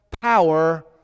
power